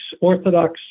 Orthodox